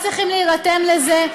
להירתם לזה.